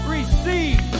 Receive